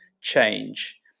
change